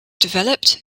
developed